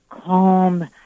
calm